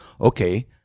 okay